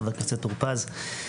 חבר הכנסת טור פז.